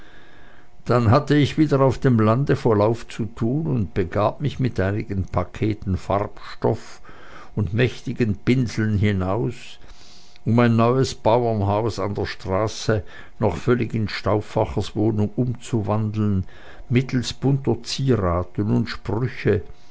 dann hatte ich wieder auf dem lande vollauf zu tun und begab mich mit einigen paketen farbstoff und mächtigen pinseln hinaus um ein neues bauernhaus an der straße noch völlig in stauffachers wohnung umzuwandeln mittelst bunter zieraten und sprüche